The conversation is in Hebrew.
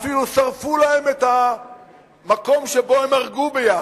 אפילו שרפו להן את המקום שבו הן ארגו יחד.